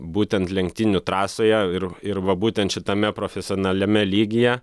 būtent lenktynių trasoje ir ir va būtent šitame profesionaliame lygyje